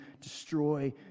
destroy